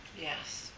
Yes